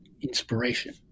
inspiration